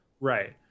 right